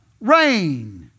rain